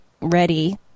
ready